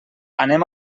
anem